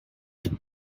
them